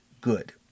good